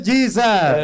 Jesus